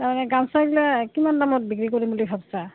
তাৰমানে গামোচাবিলাক কিমান দামত বিক্ৰী কৰিম বুলি ভাবিছা